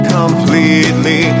completely